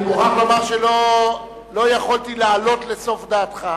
אני מוכרח לומר שלא יכולתי לעלות לסוף דעתך,